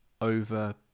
over